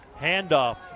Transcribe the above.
Handoff